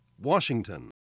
Washington